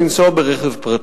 לנסוע ברכב פרטי.